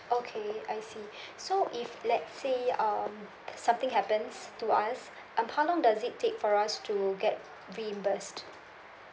okay I see so if let's say um something happens to us um how long does it take for us to get reimburse